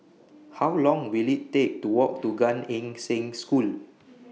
How Long Will IT Take to Walk to Gan Eng Seng School